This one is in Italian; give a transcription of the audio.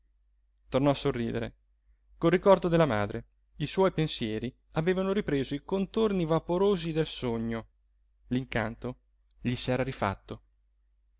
tornò a sorridere col ricordo della madre i suoi pensieri avevano ripreso i contorni vaporosi del sogno l'incanto gli s'era rifatto